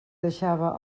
deixava